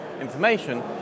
information